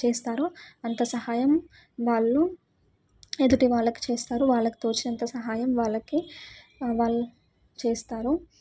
చేస్తారో అంత సహాయం వాళ్ళు ఎదుటి వాళ్ళకు చేస్తారు వాళ్ళకు తోచినంత సహాయం వాళ్ళకి వాళ్ళు చేస్తారు